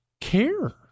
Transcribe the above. care